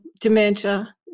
dementia